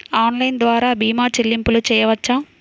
Online ద్వార భీమా చెల్లింపులు చేయవచ్చా?